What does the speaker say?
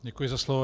Děkuji za slovo.